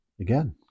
again